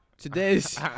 Today's